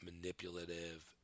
manipulative